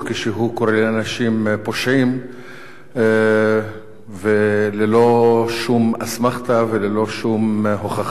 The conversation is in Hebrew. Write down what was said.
כשהוא קורא לאנשים פושעים ללא שום אסמכתה וללא שום הוכחה.